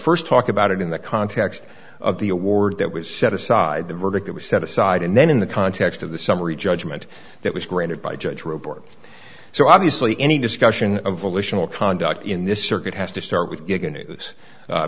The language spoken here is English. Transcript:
first talk about it in the context of the award that was set aside the verdict that was set aside and then in the context of the summary judgment that was granted by judge report so obviously any discussion of volitional conduct in this circuit has to start with giga news